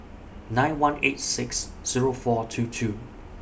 nine one eight six Zero four two two